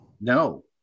No